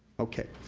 okay.